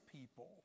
people